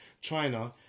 China